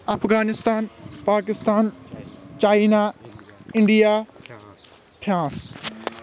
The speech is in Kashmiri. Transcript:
Afghanistan Pakistan China India France